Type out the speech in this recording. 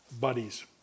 buddies